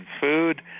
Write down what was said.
food